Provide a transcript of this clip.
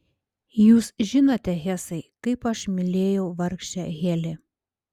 jūs žinote hesai kaip aš mylėjau vargšę heli